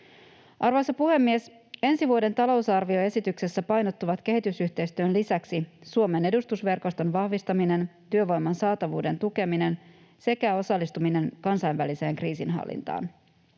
Arvoisa puhemies! Ensi vuoden talousarvioesityksessä painottuvat kehitysyhteistyön lisäksi Suomen edustusverkoston vahvistaminen, työvoiman saatavuuden tukeminen sekä osallistuminen kansainväliseen kriisinhallintaan,